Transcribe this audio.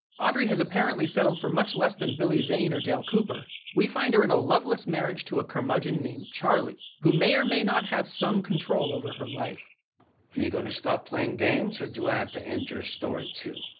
audrey has apparently settled for much less than billy zane or dale cooper. we find her in a loveless marriage to a curmudgeon named charlie, who may or may not have some control over her life. are you going to stop playing games, or do i have to end your story, too?